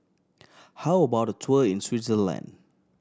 how about a tour in Switzerland